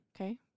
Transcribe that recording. Okay